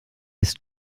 ist